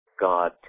God